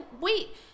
wait